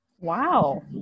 Wow